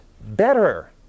better